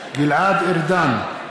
ארדן,